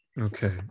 Okay